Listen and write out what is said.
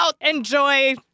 enjoy